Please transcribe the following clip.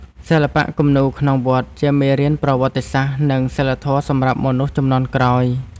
សិល្បៈគំនូរក្នុងវត្ត ជាមេរៀនប្រវត្តិសាស្ត្រ និងសីលធម៌សម្រាប់មនុស្សជំនាន់ក្រោយ។